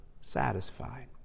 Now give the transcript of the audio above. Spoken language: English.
satisfied